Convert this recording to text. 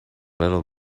little